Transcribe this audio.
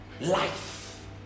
life